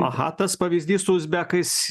aha tas pavyzdys su uzbekais